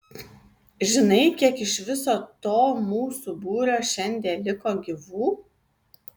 žinai kiek iš viso to mūsų būrio šiandie liko gyvų